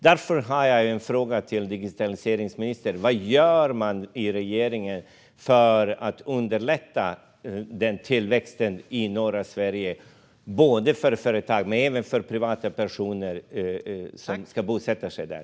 Jag har därför en fråga till digitaliseringsministern: Vad gör man från regeringens sida för att underlätta för denna tillväxt i norra Sverige, för företag men även för privatpersoner som ska bosätta sig där?